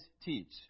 teach